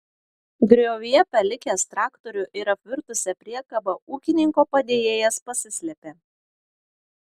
griovyje palikęs traktorių ir apvirtusią priekabą ūkininko padėjėjas pasislėpė